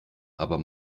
aber